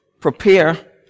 prepare